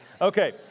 Okay